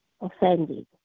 offended